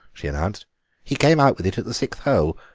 she announced he came out with it at the sixth hole.